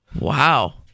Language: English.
Wow